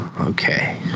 Okay